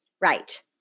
Right